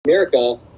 America